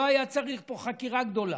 לא היה צריך פה חקירה גדולה.